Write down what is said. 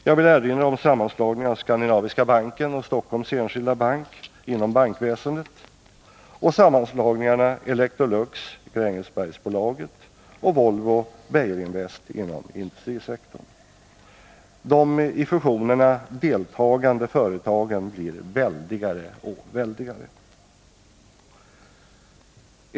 Jag vill erinra om sammanslagningen av Skandinaviska Banken och Stockholms Enskilda Bank inom bankväsendet och sammanslagningarna Electrolux Grängesbergsbolaget och Volvo-Beijerinvest inom industrisektorn. De i fusionerna deltagande företagen blir väldigare och väldigare.